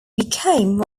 became